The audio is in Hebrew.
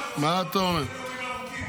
לא היה לו כוח